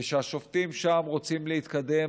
שהשופטים שם רוצים להתקדם